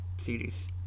series